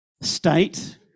state